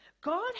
God